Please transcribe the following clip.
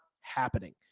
happening